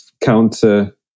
counter